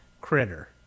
critter